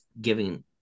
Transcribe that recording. giving